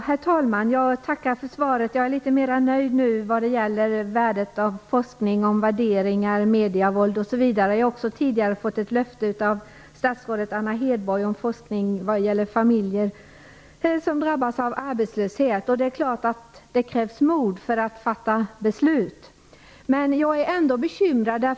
Herr talman! Jag tackar för svaret. Jag är litet mer nöjd nu vad gäller värdet av forskning, värderingar, medievåld osv. Jag har också tidigare fått ett löfte av statsrådet Anna Hedborg om forskning vad gäller familjer som drabbas av arbetslöshet. Det är klart att det krävs mod för att fatta beslut. Men jag är ändå bekymrad.